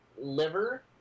liver